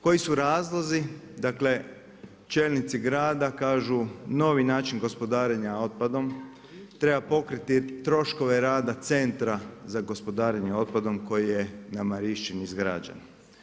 Koji su razlozi, dakle, čelnici grada kažu novi način gospodarenja otpadom, treba pokriti troškove rada Centra za gospodarenje otpadom koji je na Marinščini izgrađen.